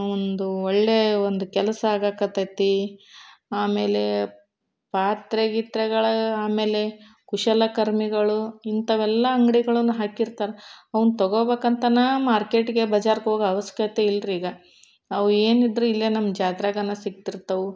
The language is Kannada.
ಒಂದು ಒಳ್ಳೆಯ ಒಂದು ಕೆಲಸ ಆಗಕ್ಕತ್ತೈತಿ ಆಮೇಲೆ ಪಾತ್ರೆ ಗೀತ್ರೆಗಳು ಆಮೇಲೆ ಕುಶಲಕರ್ಮಿಗಳು ಇಂಥವೆಲ್ಲ ಅಂಗಡಿಗಳನ್ನು ಹಾಕಿರ್ತಾರೆ ಅವನ್ ತೊಗೊಬೇಕಂತನೇ ಮಾರ್ಕೆಟಿಗೆ ಬಜಾರ್ಗೆ ಹೋಗೋ ಆವಶ್ಯಕ್ತೆ ಇಲ್ಲರಿ ಈಗ ಅವು ಏನಿದ್ದರೂ ಇಲ್ಲೇ ನಮ್ಮ ಜಾತ್ರ್ಯಾಗನೇ ಸಿಕ್ತಿರ್ತವೆ